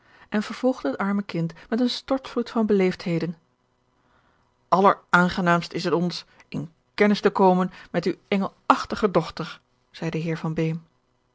en vervolgde het arme kind met een stortvloed van beleefdheden alleraangenaamst is het ons in kennis te komen met uwe engelachtige dochter zei de heer